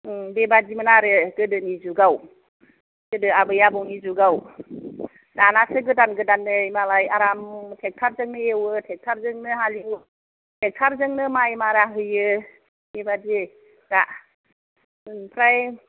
बेबादिमोन आरो गोदोनि जुगआव गोदो आबै आबौनि जुगआव दानासो गोदान गोदान नै मालाय आराम टेक्टारजोंनो एवो टेक्टारजोंनो हालेवयो टेक्टारजोंनो माइ मारा होयो बेबादि दा ओमफ्राय